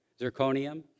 Zirconium